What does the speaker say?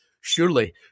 Surely